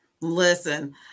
listen